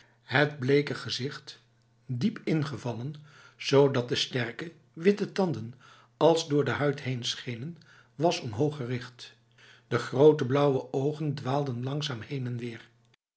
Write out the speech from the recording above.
het bleke gezicht diep ingevallen zodat de sterke witte tanden als door de huid heen schenen was omhoog gericht de grote blauwe ogen dwaalden langzaam